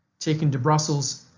taken to brussels,